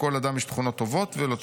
לכל אדם יש תכונות טובות ולא טובות --"